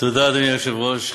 תודה, אדוני היושב-ראש.